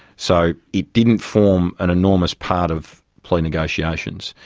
so it didn't form an enormous part of plea negotiations.